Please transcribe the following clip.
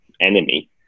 enemy